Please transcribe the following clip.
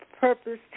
Purpose